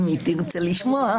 אם היא תרצה לשמוע.